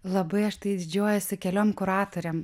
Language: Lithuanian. labai aš tai didžiuojuosi keliom kuratorėm